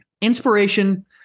Inspiration